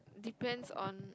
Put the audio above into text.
depends on